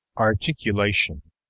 articulation